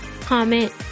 comment